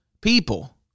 people